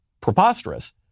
preposterous